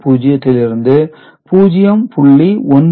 110 இருந்து 0